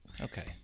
Okay